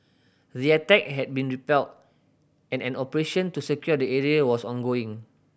the attack had been repelled and an operation to secure the area was ongoing